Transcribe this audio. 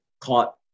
caught